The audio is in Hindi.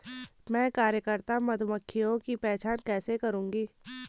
मैं कार्यकर्ता मधुमक्खियों की पहचान कैसे करूंगी?